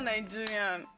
Nigerian